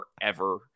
forever